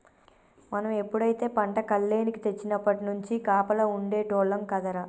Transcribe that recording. మనం ఎప్పుడైతే పంట కల్లేనికి తెచ్చినప్పట్నుంచి కాపలా ఉండేటోల్లం కదరా